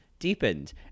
deepened